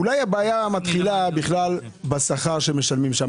אולי הבעיה מתחילה בשכר שמשלמים שם?